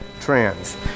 trends